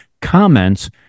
comments